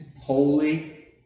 Holy